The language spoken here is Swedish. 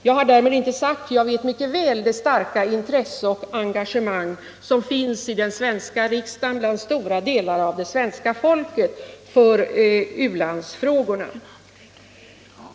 Jag känner mycket väl det stora intresse och engagemang som finns i riksdagen och hos stora delar av svenska folket för u-landsfrågorna.